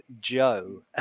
Joe